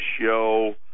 show